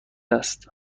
است